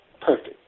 perfect